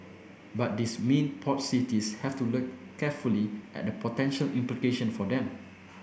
but these mean port cities have to look carefully at the potential implication for them